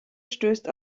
stößt